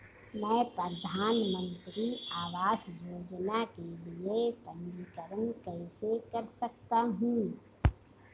मैं प्रधानमंत्री आवास योजना के लिए पंजीकरण कैसे कर सकता हूं?